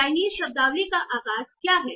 Chinese शब्दावली का आकार क्या है